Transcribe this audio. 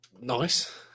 nice